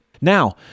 Now